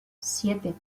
siete